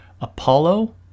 Apollo